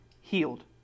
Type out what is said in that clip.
healed